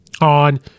on